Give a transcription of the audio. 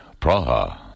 Praha